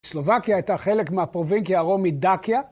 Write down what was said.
סלובקיה הייתה חלק מהפרובינקיה הרומית דאקיה,